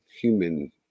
human